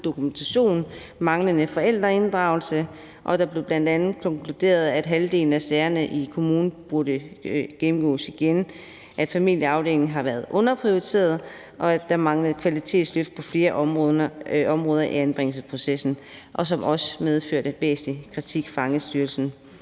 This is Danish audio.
dokumentation, manglende forældreinddragelse, og det blev bl.a. konkluderet, at halvdelen af sagerne i kommunen burde gennemgås igen, at familieafdelingen har været underprioriteret, og at der manglede kvalitetsløft på flere områder i anbringelsesprocessen, hvilket også medførte væsentlig kritik fra Ankestyrelsen.